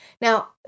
Now